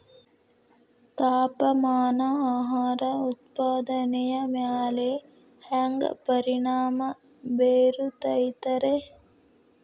ತಾಪಮಾನ ಆಹಾರ ಉತ್ಪಾದನೆಯ ಮ್ಯಾಲೆ ಹ್ಯಾಂಗ ಪರಿಣಾಮ ಬೇರುತೈತ ರೇ?